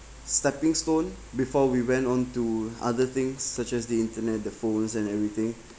stepping stone before we went onto other things such as the internet the phones and everything